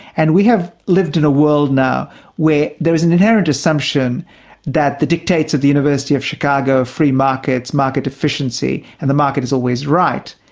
and we have lived in a world now where there is an inherent assumption that the dictates of the university of chicago, of free markets, market efficiency, and the market is always right,